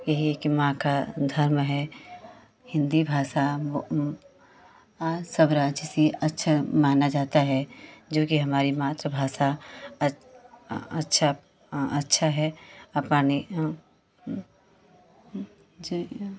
यही एक माँ का धर्म है हिन्दी भाषा सब राज्य से अच्छा माना जाता है जोकि हमारी मात्रभाषा अच्छा अच्छा है अपने जो यह